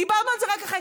ודיברנו על זה רק אחרי,